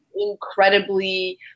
incredibly